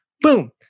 Boom